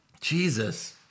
Jesus